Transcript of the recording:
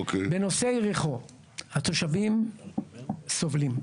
בנושא יריחו - התושבים סובלים.